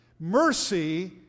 Mercy